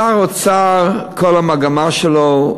שר האוצר, כל המגמה שלו,